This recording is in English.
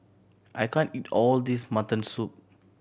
I can't eat all this mutton soup